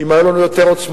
אם היו לנו יותר עוצמות,